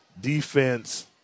defense